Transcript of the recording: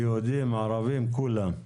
יהודים, ערבים, כולם.